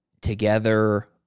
together